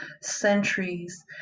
centuries